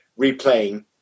replaying